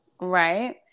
Right